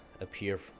appear